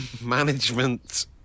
management